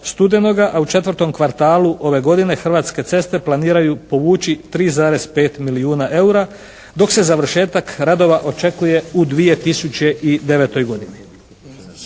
a u četvrtom kvartalu ove godine Hrvatske ceste planiraju povući 3,5 milijuna eura, dok se završetak radova očekuje u 2009. godini.